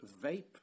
vape